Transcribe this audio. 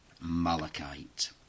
malachite